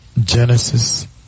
Genesis